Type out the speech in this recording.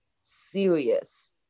serious